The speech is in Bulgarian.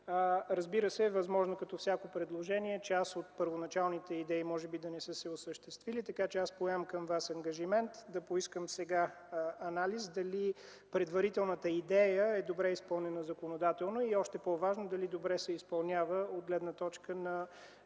Разбира се, възможно е като при всяко предложение част от първоначалните идеи да не са се осъществили. Аз поемам ангажимента си към Вас да поискам сега анализ дали предварителната идея е добре изпълнена законодателно и още по-важно – дали добре се изпълнява от гледна точка на